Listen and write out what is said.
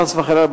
חס וחלילה,